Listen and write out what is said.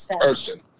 person